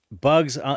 bugs –